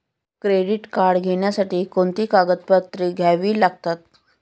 Credit card घेण्यासाठी कोणती कागदपत्रे घ्यावी लागतात?